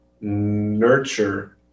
nurture